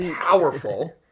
powerful